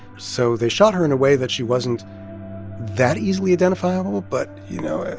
so they shot her in a way that she wasn't that easily identifiable. but, you know,